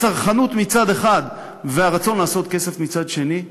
הצרכנות מצד אחד והרצון לעשות כסף מצד שני,